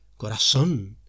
Corazón